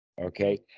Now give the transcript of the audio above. Okay